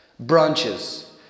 branches